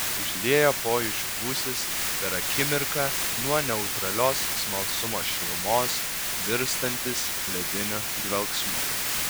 užlieja pojūčių gūsis per akimirką nuo neutralios smalsumo šilumos virstantis lediniu dvelksmu